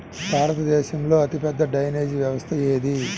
భారతదేశంలో అతిపెద్ద డ్రైనేజీ వ్యవస్థ ఏది?